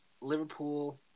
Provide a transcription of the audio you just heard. Liverpool